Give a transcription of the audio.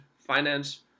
Finance